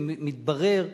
ומתברר,